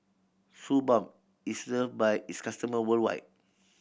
Suu Balm is love by its customer worldwide